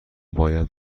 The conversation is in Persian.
باید